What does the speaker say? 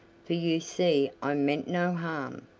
for you see i meant no harm.